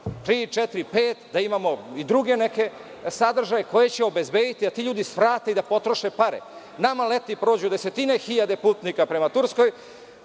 pet, da imamo i druge neke sadržaje koji će obezbediti da ti ljudi svrate i da potroše pare. Nama leti prođu desetine hiljada putnika prema Turskoj,